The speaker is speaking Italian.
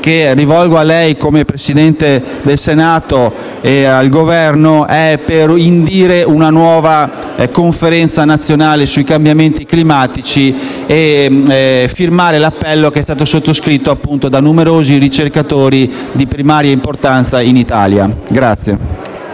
che rivolgo a lei, come Presidente del Senato, e al Governo è per indire una nuova conferenza nazionale sui cambiamenti climatici e firmare l'appello sottoscritto da numerosi ricercatori di primaria importanza in Italia.